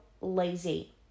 lazy